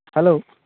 hello